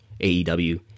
AEW